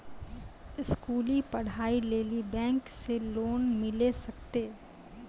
स्कूली पढ़ाई लेली बैंक से लोन मिले सकते?